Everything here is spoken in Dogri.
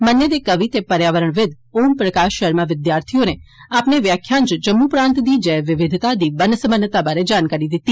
मन्ने दे कवि ते पर्यावरण विद् ओम प्रकाश शर्मा विद्यार्थी होरें अपने व्याख्यान च जम्मू प्रांतै दी जैव विविधता दी बन्न सबन्नता बारे जानकार कीता